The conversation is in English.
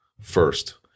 first